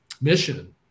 mission